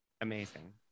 amazing